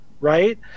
right